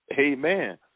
Amen